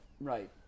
Right